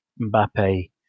Mbappe